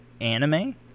anime